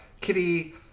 Kitty